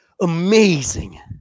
amazing